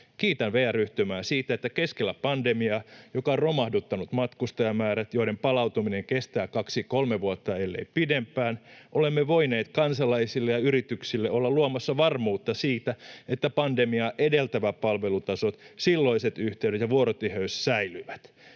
Kiitän VR-Yhtymää siitä, että keskellä pandemiaa, joka on romahduttanut matkustajamäärät, joiden palautuminen kestää 2—3 vuotta ellei pidempään, olemme voineet kansalaisille ja yrityksille olla luomassa varmuutta siitä, että pandemiaa edeltävä palvelutaso, silloiset yhteydet ja vuorotiheys säilyvät.